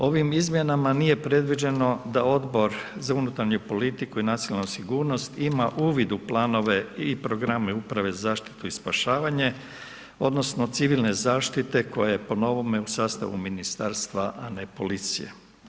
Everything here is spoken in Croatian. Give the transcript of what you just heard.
Ovim izmjenama nije predviđeno da Odbor za unutarnju politiku i nacionalnu sigurnost ima uvid u planove i programe uprave za zaštitu i spašavanje, odnosno, civilne zaštite koja je po novome u sastavu Ministarstva a ne policije.